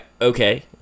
Okay